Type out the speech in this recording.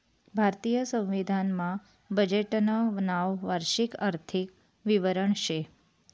भारतीय संविधान मा बजेटनं नाव वार्षिक आर्थिक विवरण शे